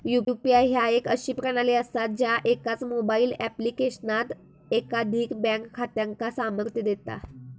UPI ह्या एक अशी प्रणाली असा ज्या एकाच मोबाईल ऍप्लिकेशनात एकाधिक बँक खात्यांका सामर्थ्य देता